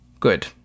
Good